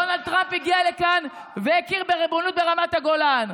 דונלד טראמפ הגיע לכאן והכיר בריבונות ברמת הגולן.